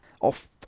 Off